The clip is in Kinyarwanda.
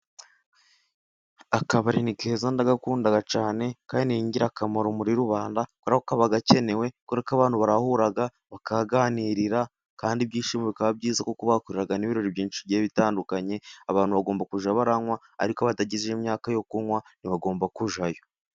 Akabari ni keza ndagakunda cyane, kandi ni ingirakamaro muri rubanda, kubera ko kaba gakenewe, kurere ko abantu barahura bakaganirira kandi ibyishimo bikaba byiza, kuko bakorara n'ibirori byinshi bigiye bitandukanye, abantu bagomba kuzajya baranywa ariko badageze kuri iyo myaka yo kunywa, ntibagomba kujyayo.